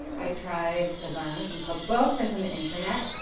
i tried to learn from cookbooks and from the internet,